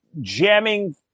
jamming